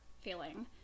feeling